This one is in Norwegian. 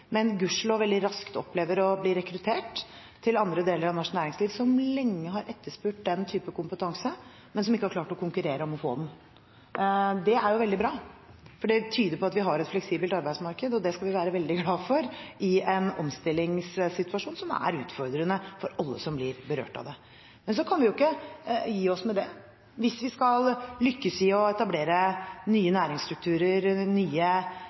men gudskjelov veldig raskt opplever å bli rekruttert til andre deler av norsk næringsliv, som lenge har etterspurt den type kompetanse, men som ikke har klart å konkurrere om å få den. Dette er veldig bra, for det tyder på at vi har et fleksibelt arbeidsmarked. Det skal vi være veldig glad for – i en omstillingssituasjon som er utfordrende for alle som blir berørt av den. Så kan vi ikke gi oss med det. Hvis vi skal lykkes i å etablere nye næringsstrukturer og nye